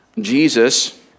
Jesus